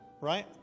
right